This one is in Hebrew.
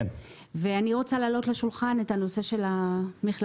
אני רוצה להעלות לשולחן את הנושא של המכללות,